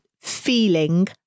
feeling